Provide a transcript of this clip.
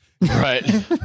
Right